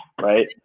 right